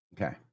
Okay